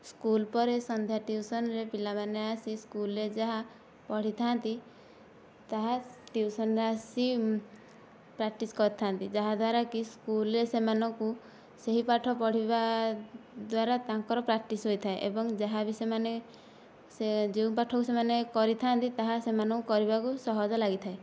school ପରେ ସନ୍ଧ୍ୟା tuition ପିଲାମାନେ ଆସି ସ୍କୁଲ୍ ରେ ଯାହା ପଢ଼ିଥାଆନ୍ତି ତାହା ଟ୍ୟୁସନ୍ ରେ ଆସି ପ୍ରାକ୍ଟିସ୍ କରିଥାଆନ୍ତି ଯାହାଦ୍ୱାରାକି ସ୍କୁଲ୍ରେ ସେମାନଙ୍କୁ ସେହି ପାଠ ପଢ଼ିବା ଦ୍ଵାରା ତାଙ୍କର ପ୍ରାକ୍ଟିସ୍ ହୋଇଥାଏ ଏବଂ ଯାହାବି ସେମାନେ ସେ ଯେଉଁ ପାଠକୁ ସେମାନେ କରିଥାଆନ୍ତି ତାହା ସେମାନଙ୍କୁ କରିବାକୁ ସହଜ ଲାଗିଥାଏ